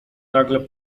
nagle